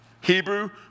Hebrew